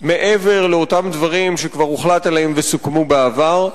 מעבר לאותם דברים שכבר הוחלט עליהם וסוכמו בעבר,